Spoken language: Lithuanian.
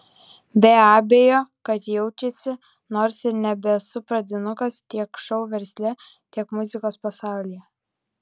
be abejo kad jaučiasi nors ir nebesu pradinukas tiek šou versle tiek muzikos pasaulyje